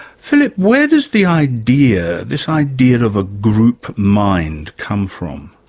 philip, where does the idea, this idea of a group mind, come from?